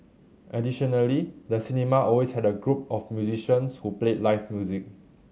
additionally the cinema always had a group of musicians who played live music